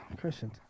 Christian